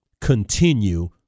continue